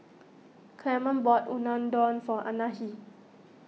Clemon bought Unadon for Anahi